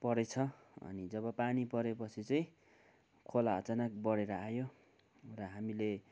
परेछ अनि जब अनि पानी परेपछि चाहिँ खोला अचानक बढेर आयो र हामीले